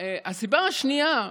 הסיבה השנייה,